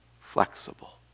flexible